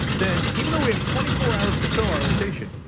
then, even though we have twenty four hours to fill on our station,